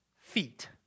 feet